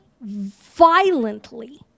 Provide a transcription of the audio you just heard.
violently